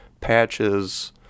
patches